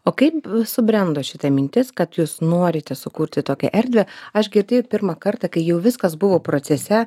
o kaip subrendo šita mintis kad jūs norite sukurti tokią erdvę aš girdėjau pirmą kartą kai jau viskas buvo procese